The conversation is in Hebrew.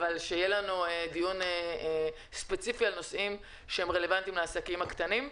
אבל שיהיה לנו דיון ספציפי על נושאים שרלוונטיים לעסקים הקטנים.